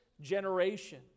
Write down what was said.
generation